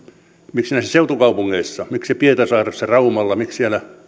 miksi näissä seutukaupungeissa miksi pietarsaaressa raumalla miksi siellä